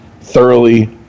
thoroughly